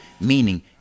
meaning